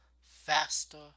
faster